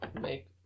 make